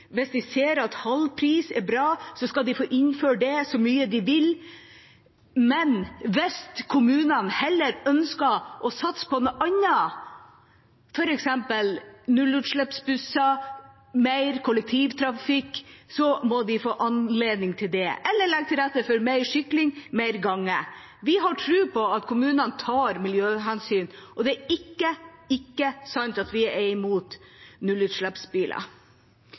Hvis de ser at halv pris er bra, skal de få innføre det så mye de vil. Men hvis kommunene heller ønsker å satse på noe annet, f.eks. nullutslippsbusser eller mer kollektivtrafikk, må de få anledning til det – eller legge til rette for mer sykling og gange. Vi har tro på at kommunene tar miljøhensyn. Og det er ikke sant at vi er mot nullutslippsbiler.